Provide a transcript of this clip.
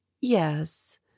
Yes